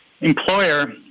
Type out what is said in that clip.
employer